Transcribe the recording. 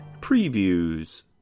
Previews